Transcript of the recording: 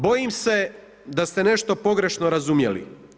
Bojim se da ste nešto pogrešno razumjeli.